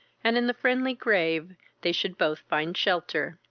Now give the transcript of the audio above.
and in the friendly grave they should both find shelter.